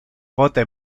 pote